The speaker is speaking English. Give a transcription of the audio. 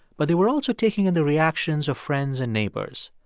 but they were also taking in the reactions of friends and neighbors.